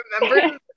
remember